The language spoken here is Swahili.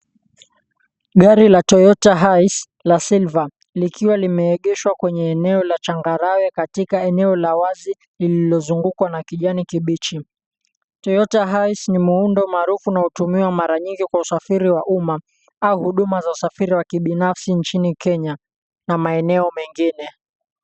Gari la Toyota Hiace la silver likiwa limeegeshwa kwenye eneo la changarawe katika eneo la wazi lililozungukwa na kijani kibichi. Toyota hiace ni muundo maarufu na hutumiwa mara nyingi kwa usafiri wa umma au huduma za usafiri wa kibinafsi nchini Kenya na maeneo mengine.